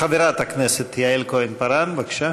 חברת הכנסת יעל כהן-פארן, בבקשה.